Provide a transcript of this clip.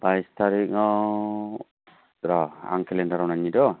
बाइस थारिगाव र' आं केलेन्दाराव नायनि र'